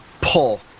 pull